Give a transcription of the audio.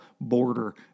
Border